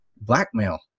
Blackmail